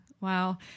Wow